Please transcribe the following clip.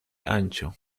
ancho